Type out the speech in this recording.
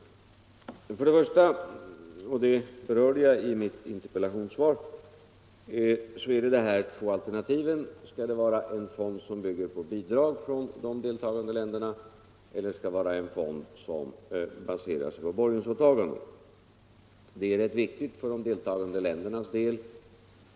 För det första, och det berörde jag i mitt interpellationssvar, finns det de två alternativen huruvida det skall vara en fond som bygger på bidrag från de deltagande länderna eller en fond som baseras på borgensåtaganden. Det är rätt viktigt för de deltagande ländernas del.